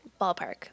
Ballpark